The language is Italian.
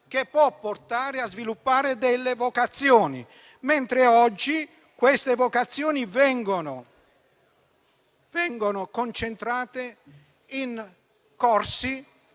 che può portare a sviluppare delle vocazioni. Oggi invece queste vocazioni vengono concentrate in corsi